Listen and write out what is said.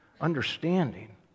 understanding